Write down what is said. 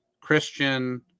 christian